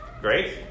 great